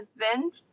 husband